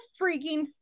freaking